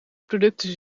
producten